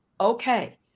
okay